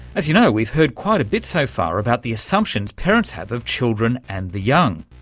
as you know, we've heard quite a bit so far about the assumptions parents have of children and the young.